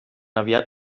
aviat